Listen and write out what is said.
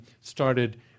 started